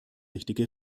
richtige